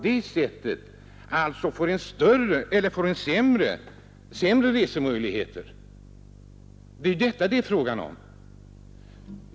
Därigenom får man sämre resemöjligheter. Det är detta det är fråga om.